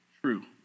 true